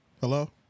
Hello